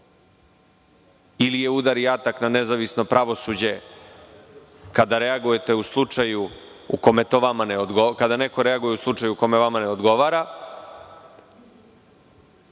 ili je udar i atak na nezavisno pravosuđe, kada reagujete u slučaju kome vama ne odgovara,